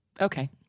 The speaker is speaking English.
okay